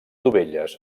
dovelles